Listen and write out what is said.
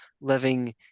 living